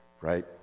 right